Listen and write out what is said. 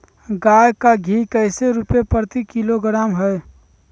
गाय का घी कैसे रुपए प्रति किलोग्राम है?